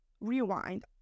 rewind